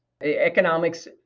Economics